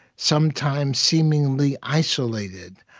sometimes seemingly isolated.